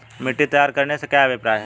मिट्टी तैयार करने से क्या अभिप्राय है?